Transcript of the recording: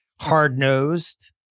hard-nosed